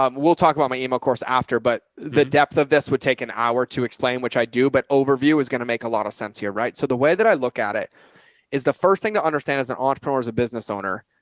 um we'll talk about my email course after, but the depth of this would take an hour to explain which i do, but overview is going to make a lot of sense here. right? so the way that i look at it is the first thing to understand as an entrepreneur, as a business owner,